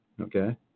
Okay